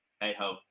hey-ho